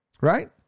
right